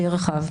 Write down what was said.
שיהיה רחב.